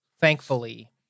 thankfully